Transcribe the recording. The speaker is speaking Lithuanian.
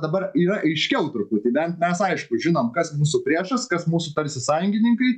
dabar yra aiškiau truputį bent mes aišku žinom kas mūsų priešas kas mūsų tarsi sąjungininkai